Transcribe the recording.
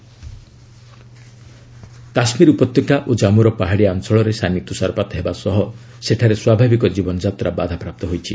JK ସ୍ୱୋ କାଶ୍ଳୀର ଉପତ୍ୟକା ଓ ଜମ୍ମୁର ପାହାଡ଼ିଆ ଅଞ୍ଚଳରେ ସାନି ତୁଷାରପାତ ହେବା ସହ ସେଠାରେ ସ୍ୱାଭାବିକ ଜୀବନଯାତ୍ରା ବାଧାପ୍ରାପ୍ତ ହୋଇଛି